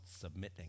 submitting